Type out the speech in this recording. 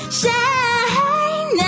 shine